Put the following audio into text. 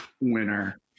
winner